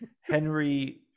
Henry